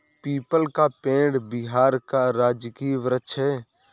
people का पेड़ बिहार का राजकीय वृक्ष है